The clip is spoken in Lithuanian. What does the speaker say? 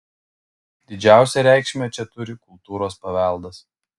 didžiausią reikšmę čia turi kultūros paveldas